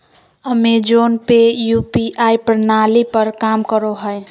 Amazon Pay UPI प्रणाली पर काम करो हय